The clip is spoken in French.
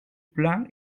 plan